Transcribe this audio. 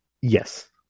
Yes